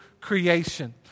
creation